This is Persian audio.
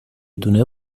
دونه